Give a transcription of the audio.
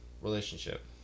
relationship